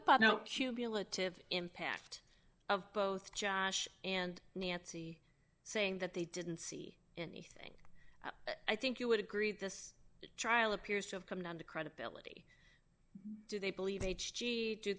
about now cumulative impact of both josh and nancy saying that they didn't see anything i think you would agree this trial appears to have come down to credibility do they believe h